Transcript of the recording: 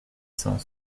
cent